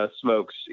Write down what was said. Smokes